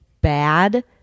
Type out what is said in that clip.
bad